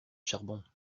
charbon